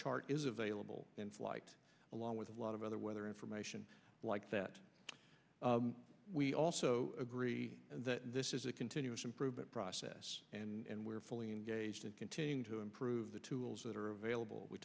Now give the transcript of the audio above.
chart is available in flight along with a lot of other weather information like that we also agree that this is a continuous improvement process and we're fully engaged in continuing to improve the tools that are available we